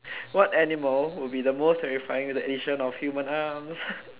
what animal would be the most terrifying with the addition of human arms